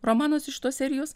romanas iš tos serijos